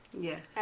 Yes